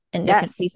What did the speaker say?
Yes